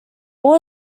all